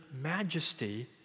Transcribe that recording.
majesty